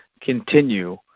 continue